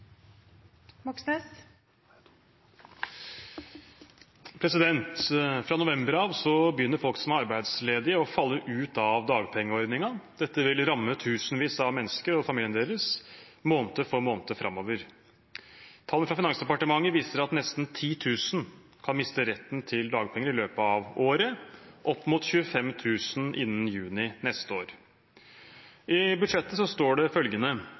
arbeidsledige, å falle ut av dagpengeordningen. Dette vil ramme tusenvis av mennesker og familiene deres måned for måned framover. Tall fra Finansdepartementet viser at nesten 10 000 kan miste retten til dagpenger i løpet av året, opp mot 25 000 innen juni neste år. I budsjettet står det følgende: